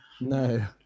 No